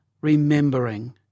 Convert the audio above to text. remembering